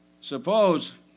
suppose